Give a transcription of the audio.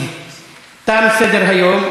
תם סדר-היום.